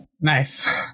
Nice